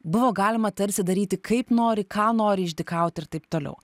buvo galima tarsi daryti kaip nori ką nori išdykaut ir taip toliau